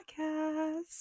podcast